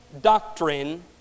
doctrine